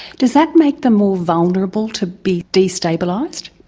does that make them more vulnerable to be destabilised?